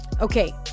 Okay